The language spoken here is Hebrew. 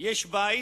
יש בית,